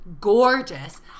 Gorgeous